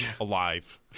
alive